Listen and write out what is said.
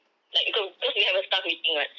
like because because we have a staff meeting [what]